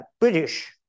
British